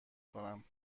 کنم